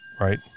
right